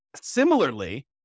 Similarly